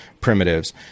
primitives